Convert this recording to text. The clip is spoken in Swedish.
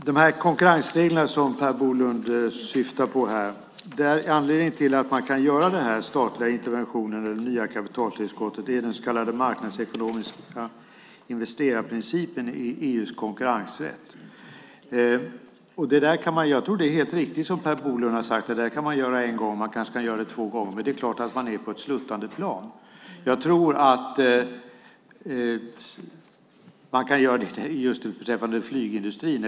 Herr talman! Per Bolund syftar på konkurrensreglerna. Anledningen till att man kan göra den här statliga interventionen, eller det nya kapitaltillskottet, är den så kallade marknadsekonomiska investerarprincipen i EU:s konkurrensrätt. Jag tror att det är helt riktigt, som Per Bolund har sagt, att man kan göra det där en gång. Man kanske kan göra det två gånger, men det är klart att man är på ett sluttande plan. Man kan göra detta just nu beträffande flygindustrin.